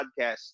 podcast